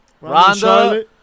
Ronda